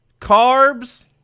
Carbs